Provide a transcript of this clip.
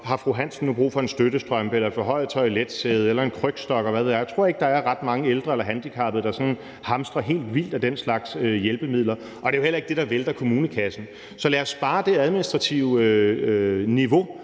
om fru Hansen nu har brug for en støttestrømpe, et forhøjet toiletsæde, en krykkestok, eller hvad ved jeg. Jeg tror ikke, at der er ret mange ældre eller handicappede, der sådan hamstrer helt vildt af den slags hjælpemidler, og det er jo heller ikke det, der vælter kommunekassen. Så lad os spare på det administrative niveau,